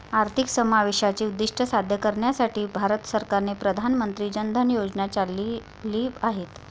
आर्थिक समावेशाचे उद्दीष्ट साध्य करण्यासाठी भारत सरकारने प्रधान मंत्री जन धन योजना चालविली आहेत